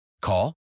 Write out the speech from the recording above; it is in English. Call